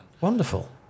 Wonderful